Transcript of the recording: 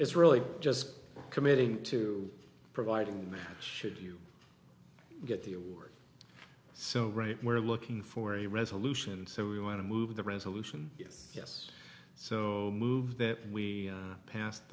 is really just committing to providing the man should you get the award so right we're looking for a resolution so we want to move the resolution yes so move that w